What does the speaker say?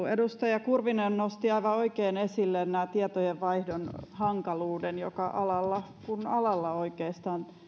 edustaja kurvinen nosti aivan oikein esille tietojenvaihdon hankaluuden mikä oikeastaan alalla kuin alalla